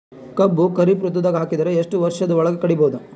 ಕಬ್ಬು ಖರೀಫ್ ಋತುದಾಗ ಹಾಕಿದರ ಎಷ್ಟ ವರ್ಷದ ಒಳಗ ಕಡಿಬಹುದು?